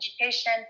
education